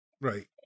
Right